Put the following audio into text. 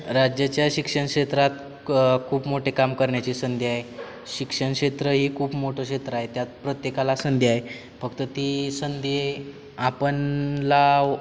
राज्याच्या शिक्षणक्षेत्रात खूप मोठे काम करण्याची संधी आहे शिक्षणक्षेत्र ही खूप मोठं क्षेत्र आहे त्यात प्रत्येकाला संधी आहे फक्त ती संधी आपणाला